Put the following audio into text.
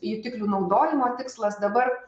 jutiklių naudojimo tikslas dabar